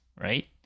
right